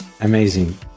Amazing